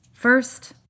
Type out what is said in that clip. First